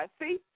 See